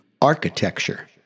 Architecture